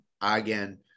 Again